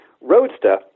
Roadster